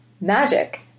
magic